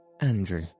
Andrew